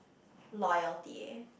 loyalty